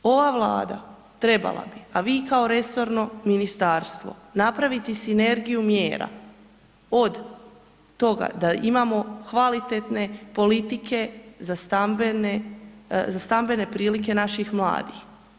Ova Vlada trebala bi, a vi kao resorno ministarstvo napraviti sinergiju mjera od toga da imamo kvalitetne politike za stambene prilike naših mladih.